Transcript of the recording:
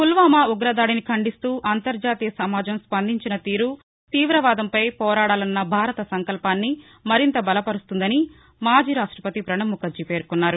పుల్వామా ఉగ్రదాడిని ఖండిస్తూ అంతర్జాతీయ సమాజం స్పందించిన తీరు తీవవాదంపై పోరాడాలన్న భారత్ సంకల్పాన్ని మరింత బలపరుస్తుందని మాజీ రాష్టపతి ప్రణబ్ ముఖర్దీ పేర్కొన్నారు